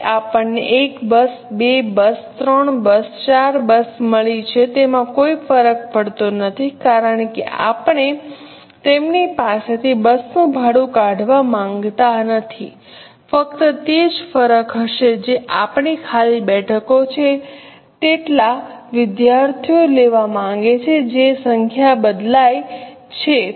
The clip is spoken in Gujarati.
ભલે આપણને 1 બસ 2 બસ 3 બસ 4 બસ મળી છે એમાં કોઈ ફરક પડતો નથી કારણ કે આપણે તેમની પાસેથી બસનું ભાડુ કાઢવા માંગતા નથી ફક્ત તે જ ફરક હશે જે આપણી ખાલી બેઠકો છે ટલા વિદ્યાર્થીઓ લેવા માંગે છે જે સંખ્યા બદલાય છે